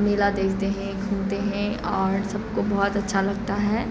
میلا دیکھتے ہیں گھومتے ہیں اور سب کو بہت اچھا لگتا ہے